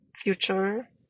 future